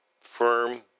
firm